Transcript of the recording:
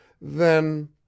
Then